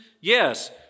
yes